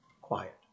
quiet